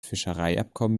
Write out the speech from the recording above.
fischereiabkommen